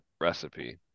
recipe